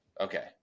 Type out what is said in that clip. okay